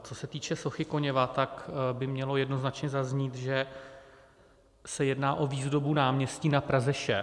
Co se týče sochy Koněva, tak by mělo jednoznačně zaznít, že se jedná o výzdobu náměstí na Praze 6.